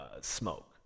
smoke